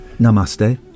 Namaste